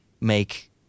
make